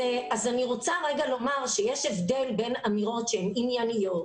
אני רוצה לומר שיש הבדל בין אמירות שהן ענייניות,